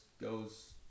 goes